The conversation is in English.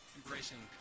Embracing